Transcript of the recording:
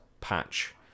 patch